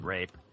Rape